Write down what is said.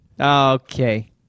Okay